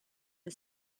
the